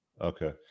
Okay